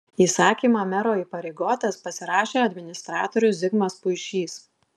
įsakymą mero įpareigotas pasirašė administratorius zigmas puišys